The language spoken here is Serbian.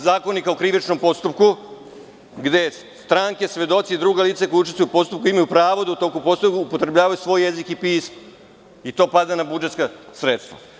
Zakonika o krivičnom postupku, gde su stranke svedoci i druga lica koja učestvuju u postupku, imaju pravo da u toku postupka upotrebljavaju svoj jezik i pismo i to pada na budžetska sredstva.